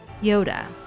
Yoda